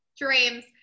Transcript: Dreams